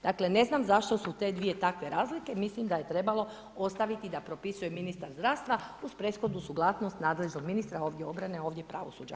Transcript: Ne znam zašto su dvije takve razlike, mislim da je trebalo ostaviti da propisuje ministar zdravstva uz prethodnu suglasnost nadležnog ministra ovdje obrane, ovdje pravosuđa.